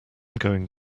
going